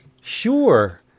Sure